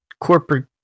corporate